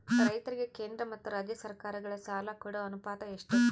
ರೈತರಿಗೆ ಕೇಂದ್ರ ಮತ್ತು ರಾಜ್ಯ ಸರಕಾರಗಳ ಸಾಲ ಕೊಡೋ ಅನುಪಾತ ಎಷ್ಟು?